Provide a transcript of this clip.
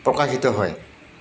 প্ৰকাশিত হয়